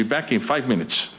be back in five minutes